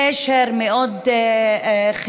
קשר מאוד חיובי,